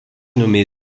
nommé